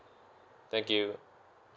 thank you